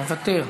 מוותר,